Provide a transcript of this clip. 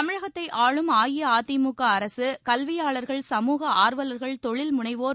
தமிழகத்தை ஆளும் அஇஅதிமுக அரசு கல்வியாளர்கள் சமூக ஆர்வலர்கள் தொழில் முனைவோர்